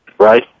Right